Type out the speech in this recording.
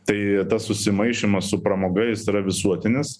tai tas susimaišymas su pramoga jis yra visuotinis